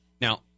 Now